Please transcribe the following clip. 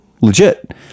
legit